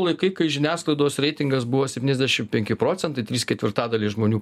laikai kai žiniasklaidos reitingas buvo septyniasdešim penki procentai trys ketvirtadaliai žmonių